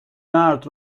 مرد